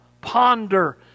ponder